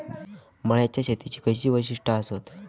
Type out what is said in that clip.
मळ्याच्या शेतीची खयची वैशिष्ठ आसत?